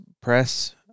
press